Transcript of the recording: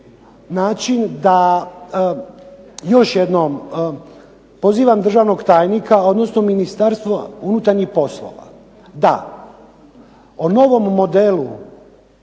način da još jednom pozivam državnog tajnika, odnosno Ministarstvo unutarnjih poslova da o novom modelu